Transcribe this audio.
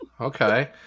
okay